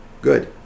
Good